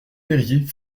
perier